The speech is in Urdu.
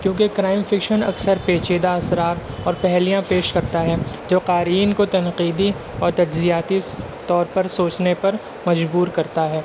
کیونکہ کرائم فکشن اکثر پیچیدہ اسرار اور پہیلیاں پیش کرتا ہے جو قارئین کو تنقیدی اور تجزیاتی طور پر سوچنے پر مجبور کرتا ہے